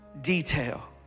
detail